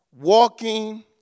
walking